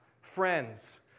friends